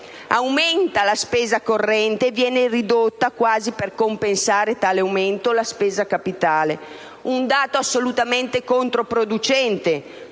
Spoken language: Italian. aumenta la spesa corrente, viene ridotta, quasi per compensare tale aumento, la spesa capitale. Un dato, quest'ultimo, assolutamente controproducente: